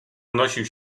unosił